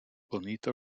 bonita